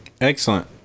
Excellent